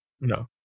No